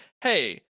Hey